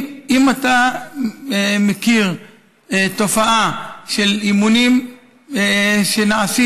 אם אתה מכיר תופעה של אימונים שנעשים